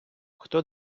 хто